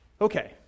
Okay